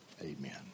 amen